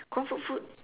comfort food